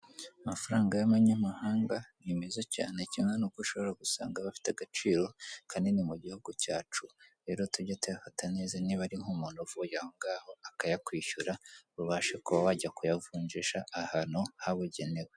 Amafaranga y'abanyamahanga ni meza cyane, kimwe n'uko ushobora gusanga aba afite agaciro kanini mu gihugu cyacu, rero tujye tuyafata neza niba hari nk'umuntu uvuye aho ngaho akayakwishyura ubashe kuba wajya kuyavunjisha ahantu habugenewe.